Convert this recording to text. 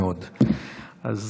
אוהבת / מילים יפה מאוד".